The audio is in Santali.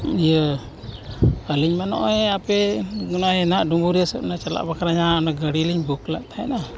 ᱤᱭᱟᱹ ᱟᱹᱞᱤᱧ ᱢᱟ ᱱᱚᱜᱼᱚᱭ ᱟᱯᱮ ᱚᱱᱟ ᱜᱮ ᱦᱟᱸᱜ ᱰᱩᱢᱩᱨᱤᱭᱟᱹ ᱥᱮᱫ ᱪᱟᱞᱟᱜ ᱵᱟᱠᱷᱨᱟ ᱢᱟ ᱜᱟᱹᱰᱤ ᱞᱤᱧ ᱵᱩᱠ ᱞᱮᱫ ᱛᱟᱦᱮᱱᱟ